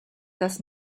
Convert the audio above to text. dass